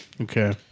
Okay